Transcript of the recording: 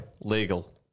Legal